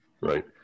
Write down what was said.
right